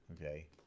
okay